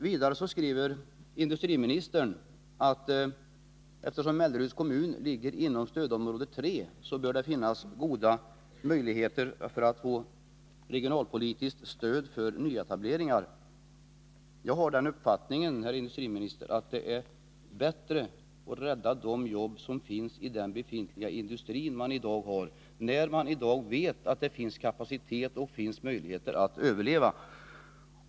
Vidare säger industriministern att eftersom Mellerud ligger inom stödområde 3 bör det finnas goda möjligheter att få regionalpolitiskt stöd för nyetableringar. Jag har den uppfattningen, herr industriminister, att det är bättre att rädda jobben i den befintliga industrin, när man i dag vet att det finns kapacitet och att det finns möjligheter att överleva.